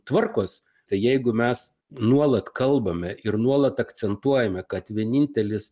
tvarkos tai jeigu mes nuolat kalbame ir nuolat akcentuojame kad vienintelis